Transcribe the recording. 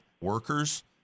workers